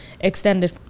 extended